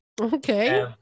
Okay